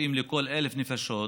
רופאים לכל 1,000 נפשות,